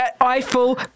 Eiffel